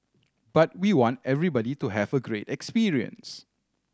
but we want everybody to have a great experience